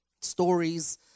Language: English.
Stories